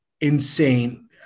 insane